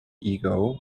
ego